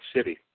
City